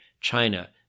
China